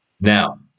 Now